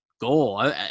goal